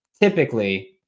typically